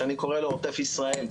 שאני קורא לו עוטף ישראל,